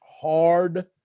hard